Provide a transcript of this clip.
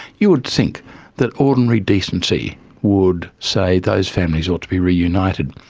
you would think that ordinary decency would say those families ought to be reunited.